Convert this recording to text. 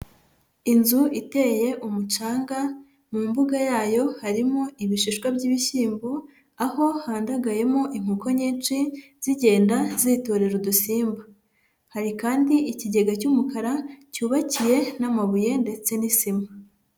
Inzu iteye umucanga, mu mbuga yayo harimo ibishishwa by'ibishyimbo, aho hadagayemo inkoko nyinshi zigenda zitorera udusimba. Hari kandi ikigega cy'umukara cyubakiye n'amabuye ndetse n'isima.